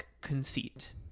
conceit